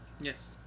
yes